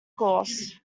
course